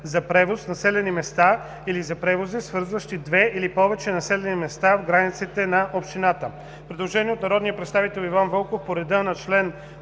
за превоз в населени места или за превози, свързващи две или повече населени места в границите на общината;“. Предложение от народния представител Иван Вълков по реда на чл.